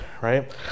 right